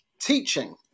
teaching